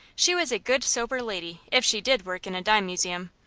she was a good, sober lady, if she did work in a dime museum.